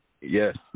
Yes